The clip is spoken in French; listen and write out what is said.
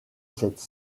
cette